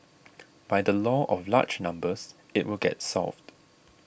by the law of large numbers it will get solved